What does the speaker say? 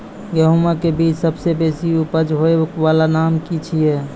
गेहूँमक बीज सबसे बेसी उपज होय वालाक नाम की छियै?